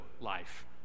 life